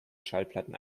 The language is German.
schallplatten